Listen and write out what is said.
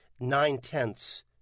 nine-tenths